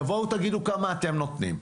תבואו ותגידו כמה אתם נותנים.